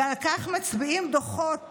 ועל כך מצביעים דוחות